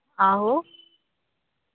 आहो